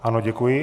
Ano, děkuji.